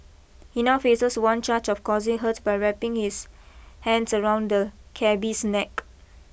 he now faces one charge of causing hurt by wrapping his hands around the cabby's neck